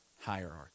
hierarchy